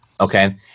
Okay